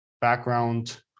background